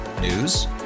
News